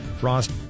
Frost